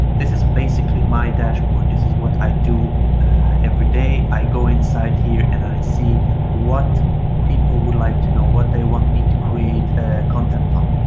this is basically my dashboard. this is what i do everyday, i go inside here and i see what people would like to know what they want me to create a content on.